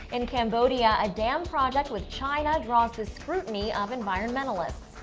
in cambodia, a dam project with china draws the scrutiny of environmentalists.